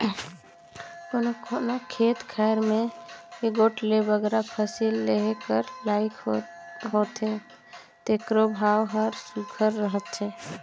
कोनो कोनो खेत खाएर में एगोट ले बगरा फसिल लेहे कर लाइक होथे तेकरो भाव हर सुग्घर रहथे